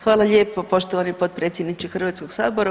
Hvala lijepo poštovani potpredsjedniče Hrvatskog sabora.